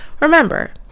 Remember